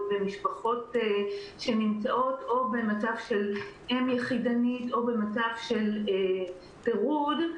למשפחות שנמצאות במצב של אם יחידנית או במצב של פירוד,